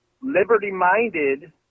liberty-minded